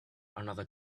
another